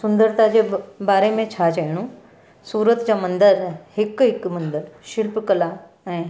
सुंदरता जे ब बारे में छा चइणो सूरत जा मंदर हिकु हिकु मंदरु शिल्पकला ऐं